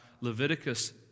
Leviticus